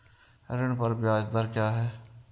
ऋण पर ब्याज दर क्या है?